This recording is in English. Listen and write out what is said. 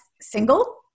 single